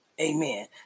Amen